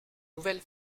nouvelle